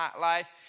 life